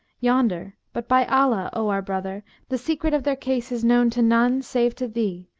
yonder, but, by allah, o our brother, the secret of their case is known to none save to thee,